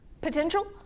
potential